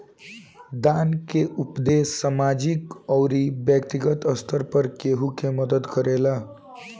दान के उपदेस सामाजिक अउरी बैक्तिगत स्तर पर केहु के मदद करेला